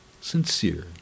sincere